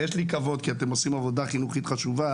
ויש לי כבוד כי אתם עושים עבודה חינוכית חשובה